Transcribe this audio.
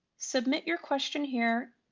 submit your question here,